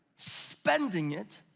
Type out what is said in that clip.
spending it,